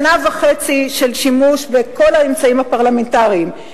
שנה וחצי של שימוש בכל האמצעים הפרלמנטריים,